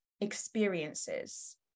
experiences